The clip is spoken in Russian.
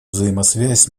взаимосвязь